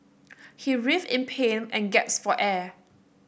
he writhed in pain and gasped for air